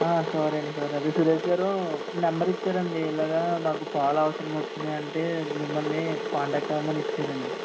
సరే అండీ సరే అదే సురేష్ గారు నెంబర్ ఇచ్చారండీ ఇలాగ నాకు పాలు అవసరము వచ్చాయంటే మిమ్మల్ని కాంటాక్ట్ అవ్వమని ఇచ్చారండీ